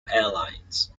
airlines